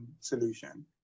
solution